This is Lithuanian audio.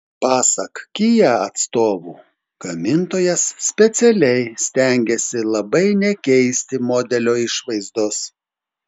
pasak kia atstovų gamintojas specialiai stengėsi labai nekeisti modelio išvaizdos